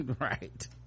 right